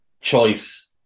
choice